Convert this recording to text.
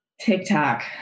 TikTok